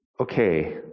okay